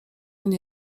nie